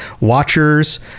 watchers